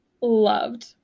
loved